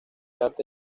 arte